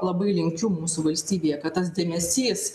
labai linkiu mūsų valstybėje kad tas dėmesys